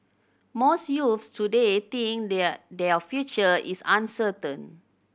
most youths today think their their future is uncertain